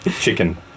Chicken